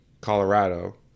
Colorado